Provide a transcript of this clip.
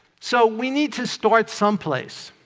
so we need to start someplace.